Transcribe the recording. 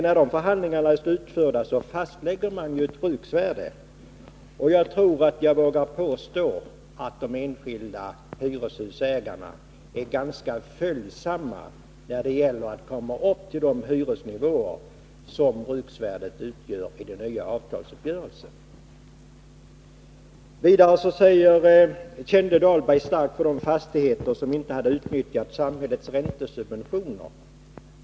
När förhandlingarna är slutförda fastlägger man ett bruksvärde. Jag tror att jag vågar påstå att de enskilda hyreshusägarna är ganska följsamma när det gäller att för sina hus komma upp i de hyresnivåer som bruksvärdet utgör enligt en ny avtalsuppgörelse. Vidare kände Rolf Dahlberg starkt för de fastighetsägare som inte hade politiska åtgärder utnyttjat samhällets räntesubventioner.